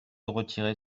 retirer